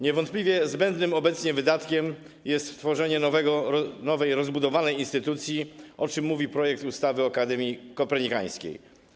Niewątpliwie zbędnym obecnie wydatkiem jest tworzenie nowej, rozbudowanej instytucji, o czym mówi projekt ustawy o Akademii Kopernikańskiej.